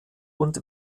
und